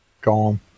gone